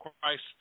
Christ